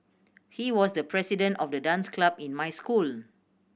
he was the president of the dance club in my school